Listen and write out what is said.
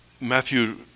Matthew